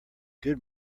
good